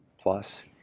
plus